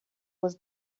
was